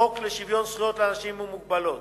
חוק לשוויון זכויות לאנשים עם מוגבלות.